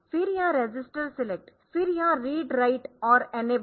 फिर यह register select फिर यह रीड राइट और इनेबल